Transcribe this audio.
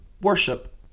worship